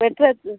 egg